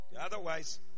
otherwise